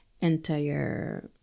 entire